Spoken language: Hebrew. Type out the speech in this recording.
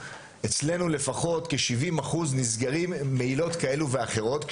אצלנו לפחות כ- 70 אחוז נסגרים מעילות כאלו ואחרות,